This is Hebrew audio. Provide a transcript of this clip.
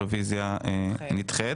הרביזיה נדחית.